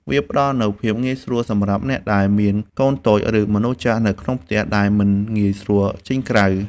វាផ្ដល់នូវភាពងាយស្រួលសម្រាប់អ្នកដែលមានកូនតូច ឬមនុស្សចាស់នៅក្នុងផ្ទះ ដែលមិនងាយស្រួលចេញក្រៅ។